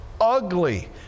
ugly